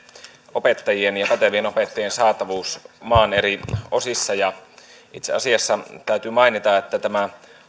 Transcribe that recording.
pätevien opettajien saatavuus maan eri osissa itse asiassa täytyy mainita että tämä